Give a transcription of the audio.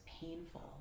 painful